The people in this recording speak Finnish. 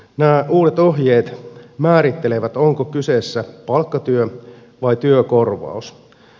nämä uudet ohjeet määrittelevät onko kyseessä palkkatyö vai työkorvaus